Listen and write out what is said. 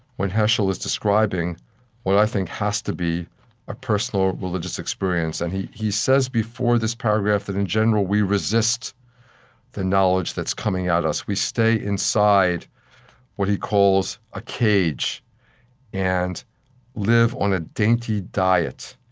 when heschel is describing what i think has to be a personal religious experience. and he he says, before this paragraph, that, in general, we resist the knowledge that's coming at us. we stay inside what he calls a cage and live on a dainty diet,